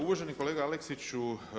Uvaženi kolega Aleksiću.